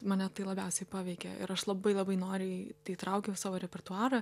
mane tai labiausiai paveikė ir aš labai labai noriai įtraukiau į savo repertuarą